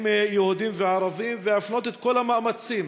יהודים וערבים ולהפנות את כל המאמצים